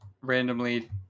randomly